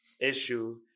issue